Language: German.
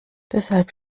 deshalb